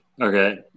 okay